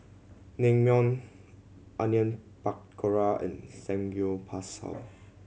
Naengmyeon Onion Pakora and Samgyeopsal